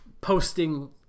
posting